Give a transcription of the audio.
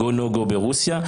ה go-no-go ברוסיה.